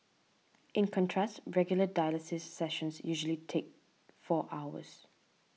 in contrast regular dialysis sessions usually take four hours